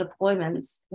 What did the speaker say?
deployments